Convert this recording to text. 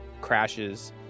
crashes